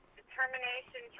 determination